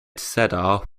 cedar